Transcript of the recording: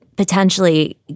Potentially